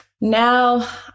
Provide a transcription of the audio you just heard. Now